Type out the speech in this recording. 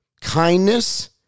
kindness